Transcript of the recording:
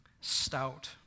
stout